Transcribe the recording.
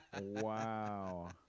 Wow